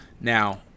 now